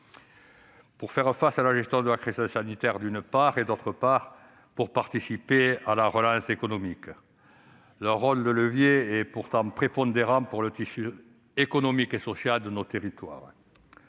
pour faire face à la gestion de la crise sanitaire, d'autre part, pour participer à la relance économique. Leur rôle de levier est pourtant prépondérant pour le tissu économique et social de nos territoires.